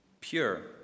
pure